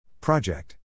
Project